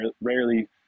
Rarely